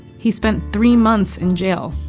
he spent three months in jail,